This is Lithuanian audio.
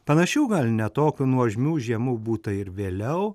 panašių gal ne tokių nuožmių žiemų būta ir vėliau